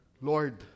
Lord